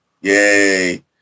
Yay